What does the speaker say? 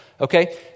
okay